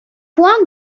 point